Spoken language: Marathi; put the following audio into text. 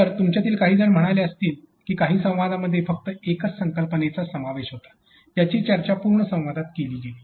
तर तुमच्यातील काहीजण म्हणाले असतील की काही संवादांमध्ये फक्त एकाच संकल्पनेचा समावेश होता ज्याची चर्चा पूर्ण संवादात केली गेली